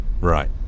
Right